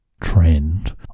trend